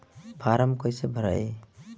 Form कईसे भराई?